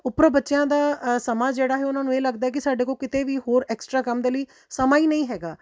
ਉਪਰੋਂ ਬੱਚਿਆਂ ਦਾ ਸਮਾਂ ਜਿਹੜਾ ਹੈ ਉਹਨਾਂ ਨੂੰ ਇਹ ਲੱਗਦਾ ਹੈ ਕਿ ਸਾਡੇ ਕੋਲ ਕਿਤੇ ਵੀ ਹੋਰ ਐਕਸਟਰਾ ਕੰਮ ਦੇ ਲਈ ਸਮਾਂ ਹੀ ਨਹੀਂ ਹੈਗਾ